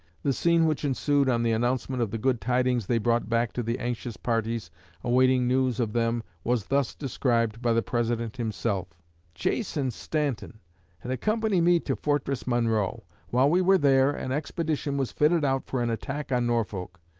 the scene which ensued on the announcement of the good tidings they brought back to the anxious parties awaiting news of them was thus described by the president himself chase and stanton had accompanied me to fortress monroe. while we were there, an expedition was fitted out for an attack on norfolk.